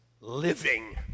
living